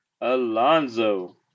Alonso